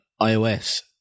iOS